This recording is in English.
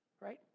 right